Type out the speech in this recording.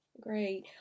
Great